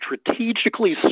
strategically